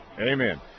Amen